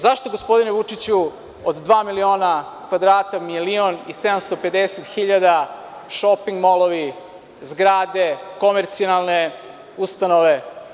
Zašto, gospodine Vučiću, od dva miliona kvadrata milion i 750 hiljada šoping molovi, zgrade, komercijalne ustanove?